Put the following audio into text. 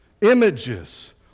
images